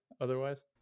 otherwise